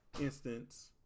instance